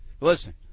listen